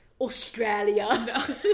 Australia